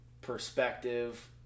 perspective